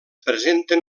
presenten